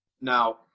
Now